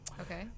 Okay